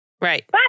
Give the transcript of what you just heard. Right